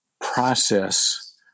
process